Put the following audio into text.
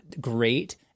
great